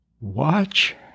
Watch